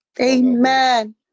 Amen